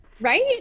Right